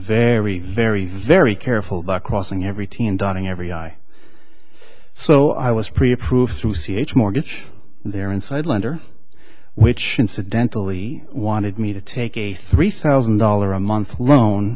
very very very careful about crossing every t and dotting every i so i was pre approved through c h mortgage there inside lender which incidentally wanted me to take a three thousand dollars a month loan